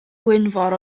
gwynfor